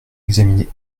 examiné